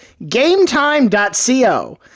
gametime.co